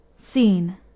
scene